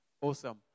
Awesome